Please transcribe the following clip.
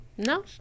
No